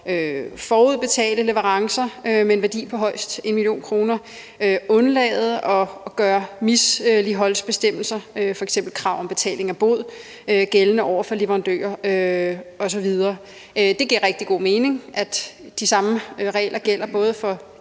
forudbetale leverancer med en værdi på højst 1 mio. kr., undlade at gøre misligholdelsesbestemmelser, f.eks. krav om betaling af bod, gældende over for leverandører osv. Det giver rigtig god mening, at de samme regler gælder både for